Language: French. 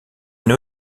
une